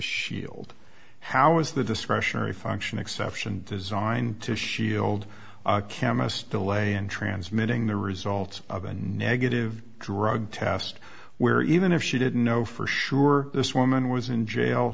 shield how is the discretionary function exception designed to shield chemists delay in transmitting the results of a negative drug test where even if she didn't know for sure this woman was in jail